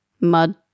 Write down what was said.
mud